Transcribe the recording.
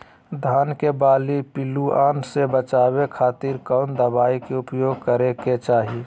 धान के बाली पिल्लूआन से बचावे खातिर कौन दवाई के उपयोग करे के चाही?